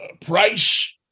price